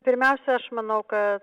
pirmiausia aš manau kad